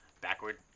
backward